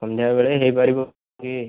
ସନ୍ଧ୍ୟାବେଳେ ହେଇପାରିବ କି